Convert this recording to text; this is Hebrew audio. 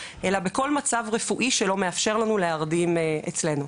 אלא בכל מצב רפואי שלא מאפשר לנו להרדים אצלנו.